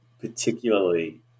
particularly